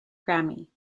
grammy